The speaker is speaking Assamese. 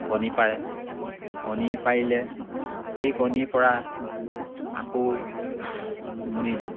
কণী পাৰে কণী পাৰিলে সেই কণীৰ পৰা আকৌ উমনি দিওঁ